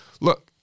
Look